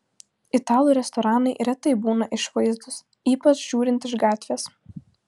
italų restoranai retai būna išvaizdūs ypač žiūrint iš gatvės